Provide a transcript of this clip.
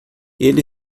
ele